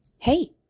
Hey